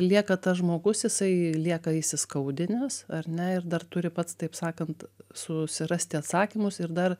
lieka tas žmogus jisai lieka įsiskaudinęs ar ne ir dar turi pats taip sakant susirasti atsakymus ir dar